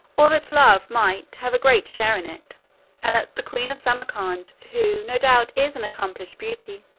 or that love might have a great share in it and that the queen of samarcand, who, no doubt, is an accomplished beauty,